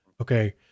Okay